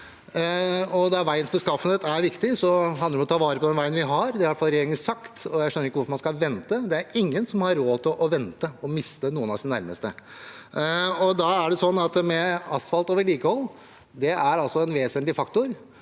Når veiens beskaffenhet er viktig, handler det om å ta vare på den veien vi har – det har i hvert fall regjeringen sagt – og jeg skjønner ikke hvorfor man skal vente. Det er ingen som har råd til å vente og miste noen av sine nærmeste. Asfalt og vedlikehold er altså en vesentlig faktor.